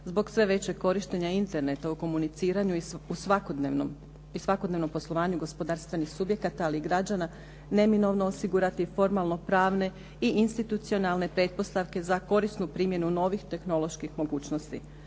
zbog sve većeg korištenja interneta u komuniciranju i svakodnevnom poslovanju gospodarstvenih subjekata ali i građana neminovno osigurati formalno-pravne i institucionalne pretpostavke za korisnu primjenu novih tehnoloških mogućnosti.